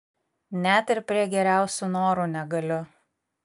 net ir prie geriausių norų negaliu